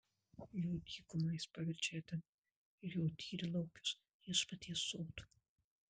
jo dykumą jis paverčia edenu ir jo tyrlaukius viešpaties sodu